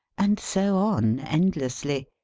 and so on endlessly.